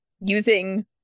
using